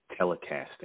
telecasting